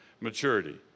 maturity